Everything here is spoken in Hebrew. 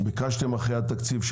ביקשתם אחרי התקציב,